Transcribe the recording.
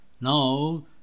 Now